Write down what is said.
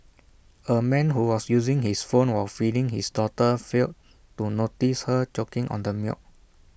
A man who was using his phone while feeding his daughter failed to notice her choking on the milk